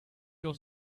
was